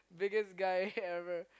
biggest guy ever